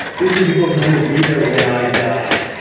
these are the people who will be there when i die.